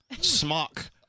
Smock